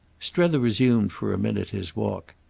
strether resumed for a minute his walk.